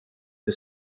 the